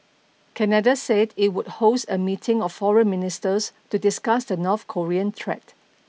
Canada said it would host a meeting of foreign ministers to discuss the North Korean threat